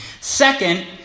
Second